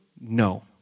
No